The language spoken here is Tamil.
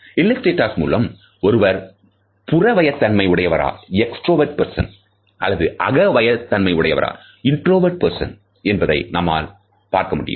இல்லஸ்டேட்டஸ் மூலம் ஒருவர் புறவய தன்மை உடையவரா அல்லது அகவய உடையவரா என்பதை நம்மால் கூறமுடியும்